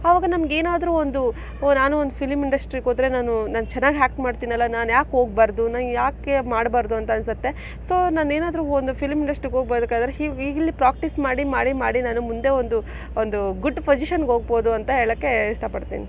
ಅವಾಗ ನಮ್ಗೆ ಏನಾದರೂ ಒಂದು ಓಹ್ ನಾನೂ ಒಂದು ಫಿಲಂ ಇಂಡಸ್ಟ್ರಿಗೆ ಹೋದ್ರೆ ನಾನು ನಾನು ಚೆನ್ನಾಗಿ ಆ್ಯಕ್ಟ್ ಮಾಡ್ತೀನಲ್ಲ ನಾನು ಯಾಕೆ ಹೋಗ್ಬಾರ್ದು ನಾನು ಯಾಕೆ ಮಾಡ್ಬಾರ್ದು ಅಂತ ಅನ್ಸತ್ತೆ ಸೊ ನಾನು ಏನಾದರೂ ಒಂದು ಫಿಲಂ ಇಂಡಸ್ಟ್ರಿಗೆ ಹೋಗಿ ಬ ಬೇಕಾದರೆ ಹೀಗೆ ಇಲ್ಲಿ ಪ್ರೊಕ್ಟೀಸ್ ಮಾಡಿ ಮಾಡಿ ಮಾಡಿ ನಾನು ಮುಂದೆ ಒಂದು ಒಂದು ಗುಡ್ ಪೊಸಿಷನ್ಗೆ ಹೋಗ್ಬೋದು ಅಂತ ಹೇಳಕ್ಕೆ ಇಷ್ಟ ಪಡ್ತೀನಿ